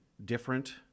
different